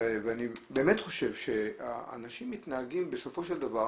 באמת חושב שאנשים מתנהגים, בסופו של דבר